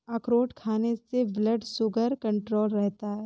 अखरोट खाने से ब्लड शुगर कण्ट्रोल रहता है